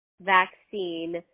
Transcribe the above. vaccine